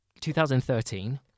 2013